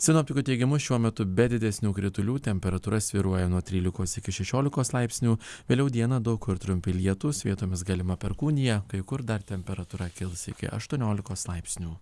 sinoptikų teigimu šiuo metu be didesnių kritulių temperatūra svyruoja nuo trylikos iki šešiolikos laipsnių vėliau dieną daug kur trumpi lietūs vietomis galima perkūnija kai kur dar temperatūra kils iki aštuoniolikos laipsnių